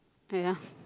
ya